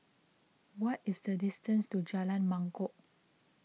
what is the distance to Jalan Mangkok